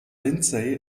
lindsay